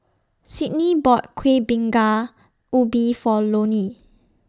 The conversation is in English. Sydnie bought Kuih Bingka Ubi For Lonie